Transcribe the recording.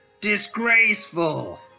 Disgraceful